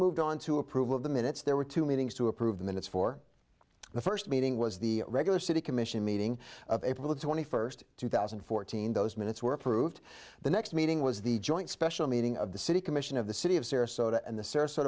moved on to approval of the minutes there were two meetings to approve the minutes for the first meeting was the regular city commission meeting of april twenty first two thousand and fourteen those minutes were approved the next meeting was the joint special meeting of the city commission of the city of sarasota and the s